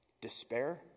despair